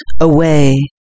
Away